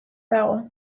dago